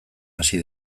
hasi